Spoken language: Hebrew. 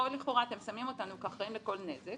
פה לכאורה אתם שמים אותנו כאחראים לכל נזק.